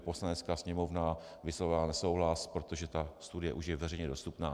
Poslanecká sněmovna vyslovila nesouhlas, protože ta studie už je veřejně dostupná.